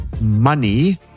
MONEY